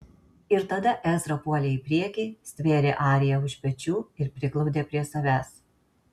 ir tada ezra puolė į priekį stvėrė ariją už pečių ir priglaudė prie savęs